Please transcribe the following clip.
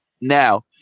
Now